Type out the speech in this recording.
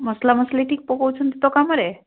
ମସଲା ମସଲି ଠିକ ପକାଉଛନ୍ତି ତ କାମରେ